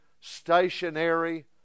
stationary